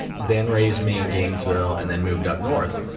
then raised me in gainesville and then moved up north.